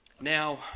Now